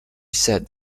said